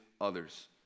others